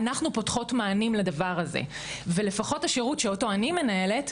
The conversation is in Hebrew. אנחנו פותחות מענים לדבר הזה ולפחות השירות שאותו אני מנהלת,